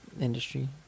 industry